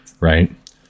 right